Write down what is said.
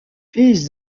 fils